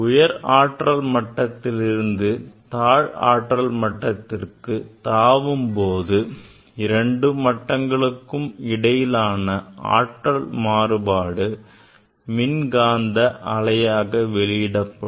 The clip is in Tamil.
உயர் ஆற்றல் மட்டத்திலிருந்து தாழ் ஆற்றல் மட்டத்திற்கு தாவும்போது இரண்டு மட்டங்களுக்கு இடையிலான ஆற்றல் மாறுபாடு மின்காந்த அலையாக வெளியிடப்படும்